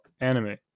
anime